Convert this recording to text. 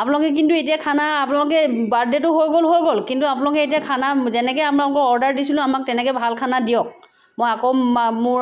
আপোনালোকে কিন্তু এতিয়া খানা আপোনালোকে বাৰ্থডে'টো হৈ গ'ল হৈ গ'ল কিন্তু আপোনালোকে এতিয়া খানা যেনেকৈ আপোনালোকক অৰ্ডাৰ দিছিলোঁ তেনেকৈ ভাল খানা দিয়ক মই আকৌ মোৰ